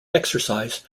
exercise